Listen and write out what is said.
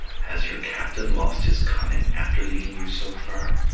has your captain lost his cunning after leading you so far?